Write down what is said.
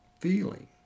feeling